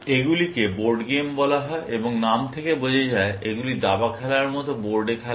এগুলিকে board game বলা হয় এবং নাম থেকে বোঝা যায় এগুলি দাবা খেলার মতো বোর্ডে খেলা হয়